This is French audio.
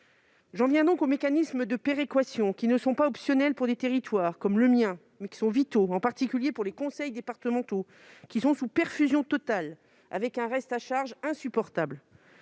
J'en viens aux mécanismes de péréquation, qui loin d'être optionnels pour un territoire comme le mien, sont au contraire vitaux, en particulier pour les conseils départementaux, qui sont sous perfusion totale et qui connaissent un reste à charge insupportable.